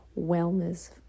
wellness